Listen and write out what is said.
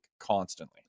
constantly